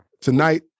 tonight